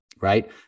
right